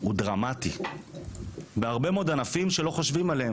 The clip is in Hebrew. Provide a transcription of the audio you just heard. דרמטי בהרבה מאוד ענפים שלא חושבים עליהם.